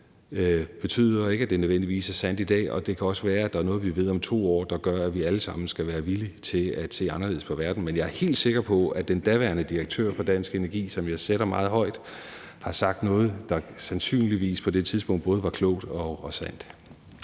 er ikke nødvendigvis sandt i dag. Det kan også være, at der er noget, vi ved om 2 år, der gør, at vi alle sammen skal være villige til at se anderledes på verden. Men jeg er helt sikker på, at den daværende direktør for Dansk Energi, som jeg sætter meget højt, har sagt noget, der sandsynligvis på det tidspunkt både var klogt og var sandt.